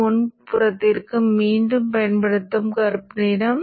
அப்படியே தொடர்கிறது